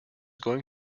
going